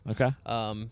Okay